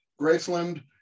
Graceland